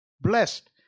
blessed